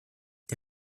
der